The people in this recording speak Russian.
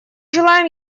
желаем